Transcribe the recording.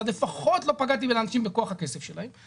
אז לפחות לא פגעתי לאנשים בכוח הכסף שלהם.